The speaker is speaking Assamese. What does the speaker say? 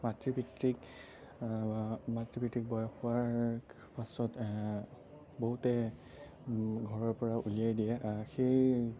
মাতৃ পিতৃক মাতৃ পিতৃক বয়স হোৱাৰ পাছত বহুতে ঘৰৰপৰা উলিয়াই দিয়ে সেই